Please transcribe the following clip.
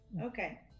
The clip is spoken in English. Okay